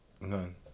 None